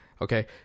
Okay